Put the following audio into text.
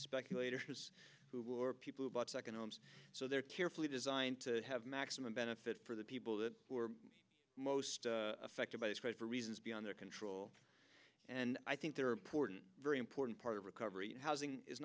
speculators who are people who bought second homes so they're carefully designed to have maximum benefit for the people that were most affected by this fight for reasons beyond their control and i think there are important very important part of recovery in housing is